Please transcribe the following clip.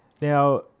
now